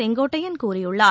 செங்கோட்டையன் கூறியுள்ளார்